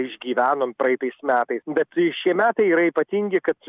išgyvenom praeitais metais bet šie metai yra ypatingi kad